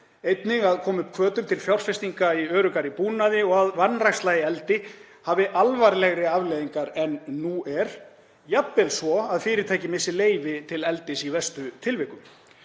einnig að koma upp hvötum til fjárfestinga í öruggari búnaði og að vanræksla í eldi hafi alvarlegri afleiðingar en nú er, jafnvel svo að fyrirtæki missi leyfi til eldis í verstu tilvikum.